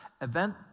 event